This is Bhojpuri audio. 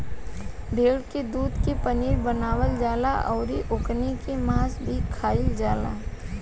भेड़ के दूध के पनीर बनावल जाला अउरी ओकनी के मांस भी खाईल जाला